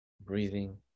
breathing